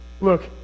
look